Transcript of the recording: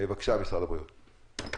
משרד הבריאות, בבקשה.